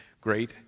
great